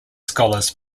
scholars